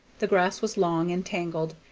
the grass was long and tangled,